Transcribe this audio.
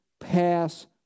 pass